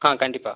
ஆ கண்டிப்பாக